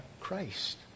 Christ